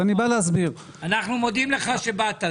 אנחנו מודים לך שבאת.